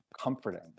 comforting